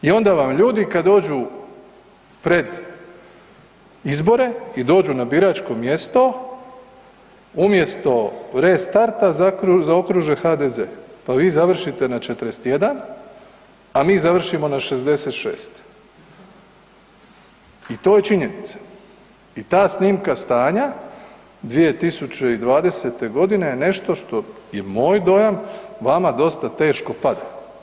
I onda vam ljudi kad dođu pred izbore i dođu na biračko mjesto umjesto Restart-a zaokruže HDZ, pa vi završite na 41, a mi završimo na 66 i to je činjenica i ta snimka stanja 2020.g. je nešto što je moj dojam vama dosta teško pada.